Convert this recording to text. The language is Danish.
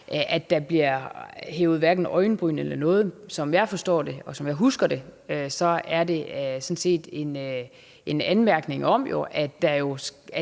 at der bliver hævet øjenbryn eller noget. Som jeg forstår det, og som jeg husker det, er det en anmærkning om, at det jo